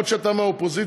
אף-על-פי שאתה מהאופוזיציה,